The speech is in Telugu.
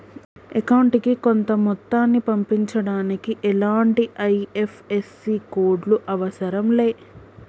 అకౌంటుకి కొంత మొత్తాన్ని పంపించడానికి ఎలాంటి ఐ.ఎఫ్.ఎస్.సి కోడ్ లు అవసరం లే